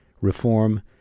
reform